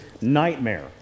nightmare